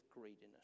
greediness